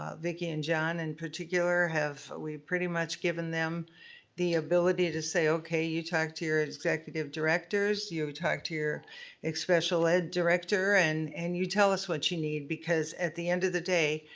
ah vicki and john in and particular have, we've pretty much given them the ability to say okay, you talk to your executive directors, you talk to your special ed director, and and you tell us what you need. because at the end of the day,